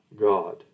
God